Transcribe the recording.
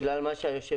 בגלל מה שהיושב-ראש